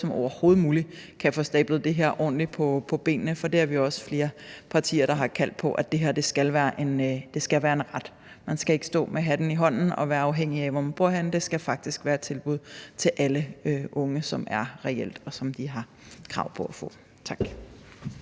som overhovedet muligt kan få stablet det her ordentligt på benene, for vi er flere partier, der har kaldt på, at det her skal være en ret. Man skal ikke stå med hatten i hånden og være afhængig af, hvor man bor henne; det skal faktisk være et tilbud til alle unge, som er reelt, og som de har krav på at få. Tak.